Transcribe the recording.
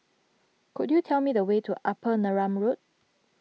could you tell me the way to Upper Neram Road